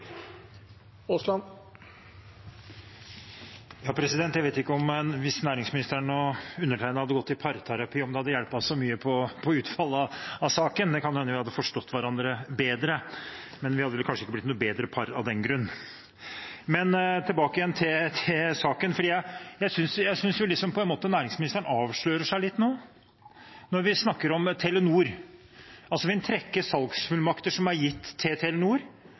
om næringsministeren og undertegnede hadde gått i parterapi. Det kan hende vi hadde forstått hverandre bedre, men vi hadde kanskje ikke blitt noe bedre par av den grunn. Tilbake til saken: Jeg synes på en måte næringsministeren avslører seg litt når vi snakker om Telenor. Når det gjelder det å trekke salgsfullmakter som er gitt til Telenor,